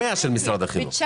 מקור